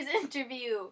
interview